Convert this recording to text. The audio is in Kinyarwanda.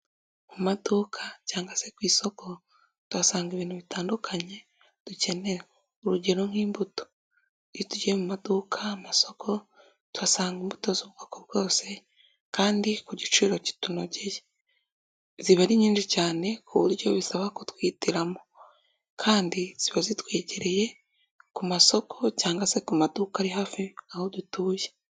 Mu maduka cyangwa se ku isoko tusanga ibintu bitandukanye dukenera urugero nk'imbuto, iyo tugiye mu maduka amasoko tuhasanga imbuto z'ubwoko bwose kandi ku giciro kitunogeye, ziba ari nyinshi cyane ku buryo bisaba ko twihitiramo kandi ziba zitwegereye ku masoko cyangwa se ku maduka ari hafi aho dutuye.